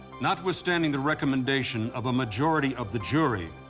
notwithstanding the recommendation of a majority of the jury,